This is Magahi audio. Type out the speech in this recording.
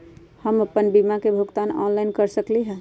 हम अपन बीमा के भुगतान ऑनलाइन कर सकली ह?